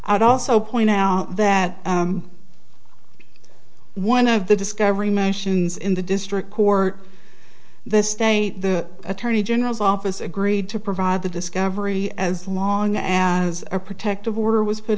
i'd also point out that one of the discovery missions in the district court this day the attorney general's office agreed to provide the discovery as long as a protective order was put